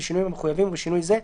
בשינויים המחויבים ובשינוי זה: